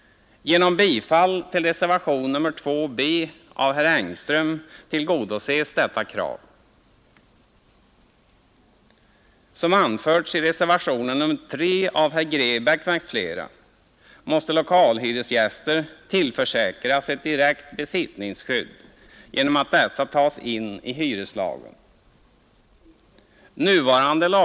Genom bifall till reservationen 2 b av herr Engström vid civilutskottets betänkande nr 29 tillgodoses detta krav.